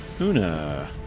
Una